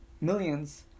millions